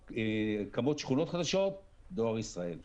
קמות שכונות חדשות דואר ישראל.